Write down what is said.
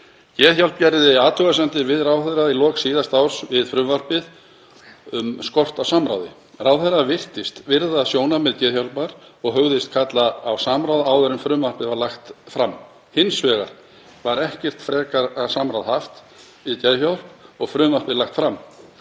Geðhjálp gerði athugasemdir við ráðherra í lok síðasta árs vegna skorts á samráði um frumvarpið. Ráðherra virtist virða sjónarmið Geðhjálpar og hugðist kalla eftir samráði áður en frumvarpið yrði lagt fram. Hins vegar var ekkert frekar samráð haft við Geðhjálp og frumvarpið var lagt fram.